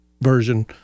version